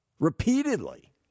Repeatedly